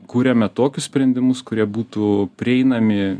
kuriame tokius sprendimus kurie būtų prieinami